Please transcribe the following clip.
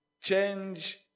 Change